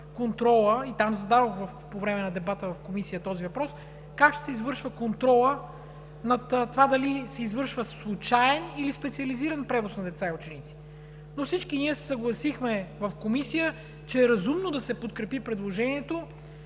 контролът, и там зададох по време на дебата в Комисията този въпрос, как ще се извършва контролът над това дали се извършва случаен, или специализиран превоз на деца и ученици? Но всички ние се съгласихме в Комисията, че е разумно да се подкрепи предложението